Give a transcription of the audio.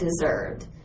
deserved